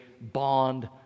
bond